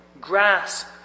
grasp